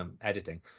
editing